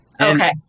Okay